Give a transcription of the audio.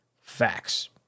Facts